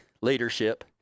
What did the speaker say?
leadership